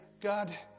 God